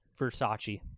Versace